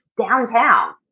downtown